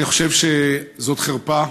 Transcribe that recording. אני חושב שזאת חרפה,